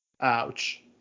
Ouch